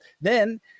then-